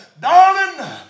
Darling